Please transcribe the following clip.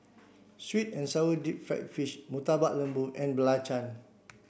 sweet and sour deep fried fish Murtabak Lembu and Belacan